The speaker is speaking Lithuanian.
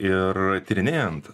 ir tyrinėjant